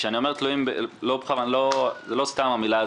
כשאני אומר "תלויים" זו לא סתם מילה,